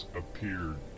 appeared